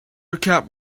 recap